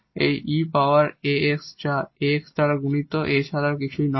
এই e power a x যা a x এর দ্বারা গুণিত a ছাড়া আর কিছুই নয়